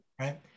Right